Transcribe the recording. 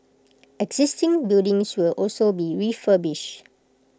existing buildings will also be refurbished